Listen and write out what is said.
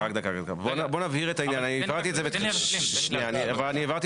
אני רוצה להבהיר